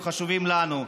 שהם חשובים לנו.